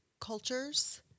cultures